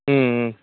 ம் ம்